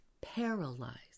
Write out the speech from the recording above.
paralyzed